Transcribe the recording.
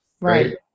right